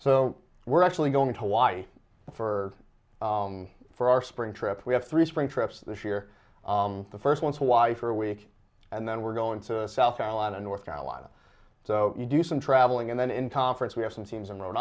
so we're actually going to wife for for our spring trip we have three spring trips this year the first one's wife for a week and then we're going to south carolina north carolina so you do some traveling and then in conference we have some teams in rhode